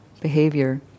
behavior